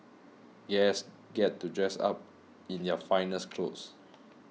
guests get to dress up in their finest clothes